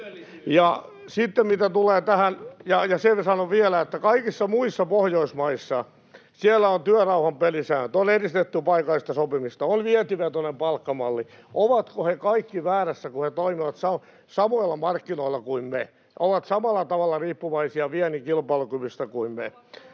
Ja sitten mitä tulee tähän… Ja sen sanon vielä, että kaikissa muissa Pohjoismaissa on työrauhan pelisäännöt. On edistetty paikallista sopimista, on vientivetoinen palkkamalli. Ovatko he kaikki väärässä, kun he toimivat samoilla markkinoilla kuin me, ovat samalla tavalla riippuvaisia viennin kilpailukyvystä kuin me?